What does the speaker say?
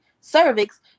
cervix